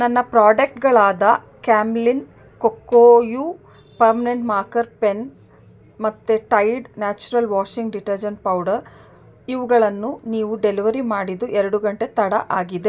ನನ್ನ ಪ್ರಾಡಕ್ಟ್ಗಳಾದ Camlin Kokuyo permanent marker pen ಮತ್ತೆ Tide natural washing detergent powder ಇವುಗಳನ್ನು ನೀವು ಡೆಲ್ವರಿ ಮಾಡಿದ್ದು ಎರಡು ಗಂಟೆ ತಡ ಆಗಿದೆ